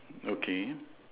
okay